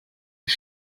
his